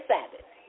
Sabbath